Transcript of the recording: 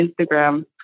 Instagram